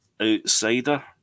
outsider